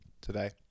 today